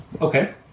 Okay